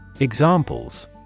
Examples